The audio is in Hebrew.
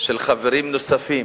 של חברים נוספים,